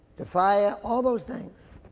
the fire, all those things.